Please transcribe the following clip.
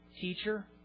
teacher